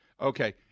Okay